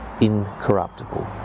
incorruptible